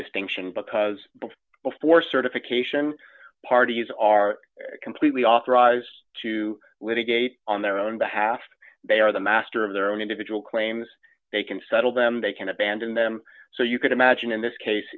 distinction because before certification parties are completely authorised to litigate on their own behalf they are the master of their own individual claims they can settle them they can abandon them so you can imagine in this case